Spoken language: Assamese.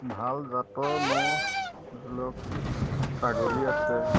ভাল জাতৰ মোৰ ধৰি লওক ছাগলী আছে